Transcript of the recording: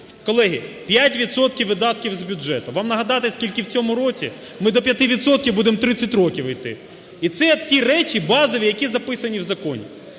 Колеги, 5 відсотків видатків з бюджету. Вам нагадати, скільки в цьому році? Ми до п'яти відсотків будемо 30 років іти! І це ті речі базові, які записані в законі.